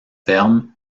ferme